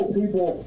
people